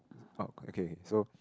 oh okay so